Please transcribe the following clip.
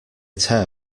tear